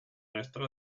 extra